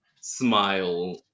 smile